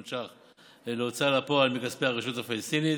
שקלים להוצאה לפועל מכספי הרשות הפלסטינית